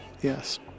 yes